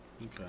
Okay